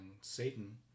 Satan